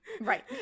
Right